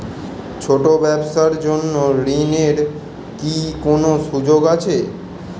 ছোট ব্যবসার জন্য ঋণ এর কি কোন সুযোগ আছে?